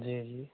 जी जी